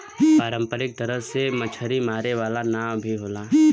पारंपरिक तरह से मछरी मारे वाला नाव भी होला